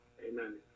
Amen